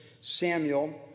Samuel